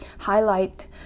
highlight